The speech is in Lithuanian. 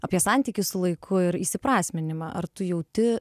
apie santykius su laiku ir įsiprasminimą ar tu jauti